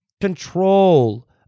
control